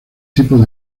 tipos